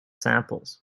samples